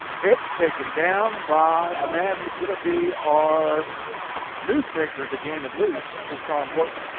hit taken down by a man who's gonna be our news maker of the game at least, tershawn wharton.